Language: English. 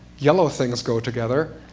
yellow things go together.